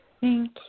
Thank